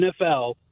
NFL